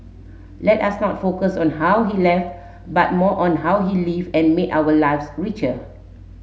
let us not focus on how he left but more on how he lived and made our lives richer